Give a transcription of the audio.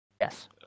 Yes